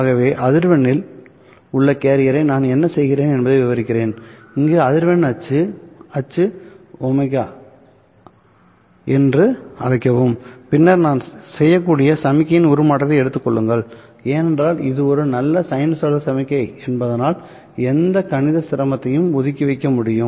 ஆகவே அதிர்வெண்ணில் உள்ள கேரியரை நான் என்ன செய்கிறேன் என்பதை விவரிக்கிறேன் இங்கு அதிர்வெண் அச்சு அச்சு ωaxis ω என்று அழைக்கவும் பின்னர் நான் செய்யக்கூடிய சமிக்ஞையின் உருமாற்றத்தை எடுத்துக் கொள்ளுங்கள் ஏனென்றால் இது ஒரு நல்ல சைனூசாய்டல் சமிக்ஞை என்பதால் எந்த கணித சிரமத்தையும் ஒதுக்கி வைக்க முடியும்